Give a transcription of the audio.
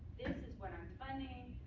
this is what i'm funding.